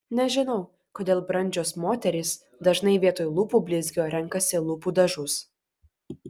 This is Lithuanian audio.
nežinau kodėl brandžios moterys dažnai vietoj lūpų blizgio renkasi lūpų dažus